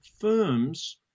firms